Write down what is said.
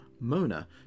Mona